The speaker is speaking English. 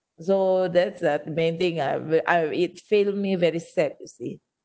so that's the main thing I will I will it feel me very sad you see